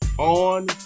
On